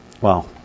Wow